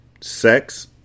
sex